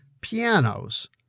pianos